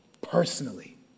personally